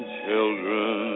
children